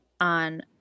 on